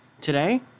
Today